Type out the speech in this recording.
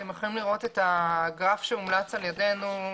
אתם יכולים לראות את הגרף שהומלץ על ידנו,